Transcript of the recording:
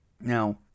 Now